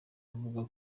avuga